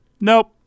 Nope